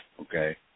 okay